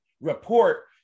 report